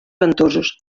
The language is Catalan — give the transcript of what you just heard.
ventosos